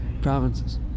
provinces